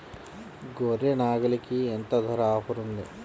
గొర్రె, నాగలికి ఎంత ధర ఆఫర్ ఉంది?